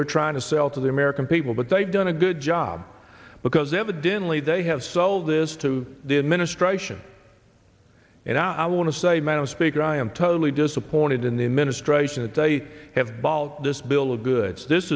we're trying to sell to the american people but they've done a good job because evidently they have sold this to the administration and i want to say madam speaker i am totally disappointed in the administration that they have bought all this bill of goods this